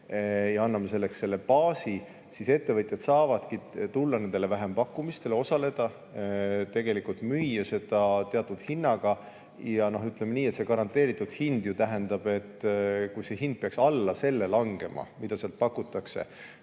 ja anname selleks selle baasi, siis ettevõtjad saavadki tulla nendele vähempakkumistele, osaleda, tegelikult müüa seda teatud hinnaga. See garanteeritud hind ju tähendab, et kui see hind peaks alla selle langema, mida seal pakutakse,